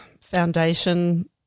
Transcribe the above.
foundation